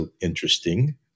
interesting